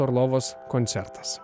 orlovos koncertas